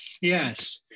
Yes